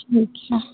rickshaw